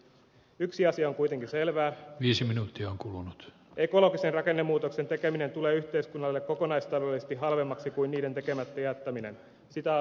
yksi asia on kuitenkin selvää ekologisen rakennemuutoksen tekeminen tulee yhteiskunnalle kokonaistaloudellisesti halvemmaksi kuin sen tekemättä jättäminen siitä